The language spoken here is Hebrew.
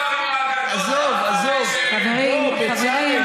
עזוב, בצלאל.